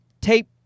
tape